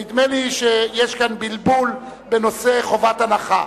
נדמה לי שיש כאן בלבול בנושא חובת הנחה,